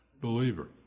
believer